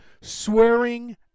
swearing